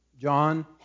John